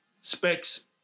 Specs